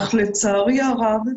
אך לצערי הרב,